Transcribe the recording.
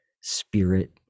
spirit